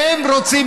והם רוצים,